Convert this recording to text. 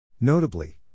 Notably